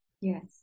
Yes